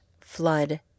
flood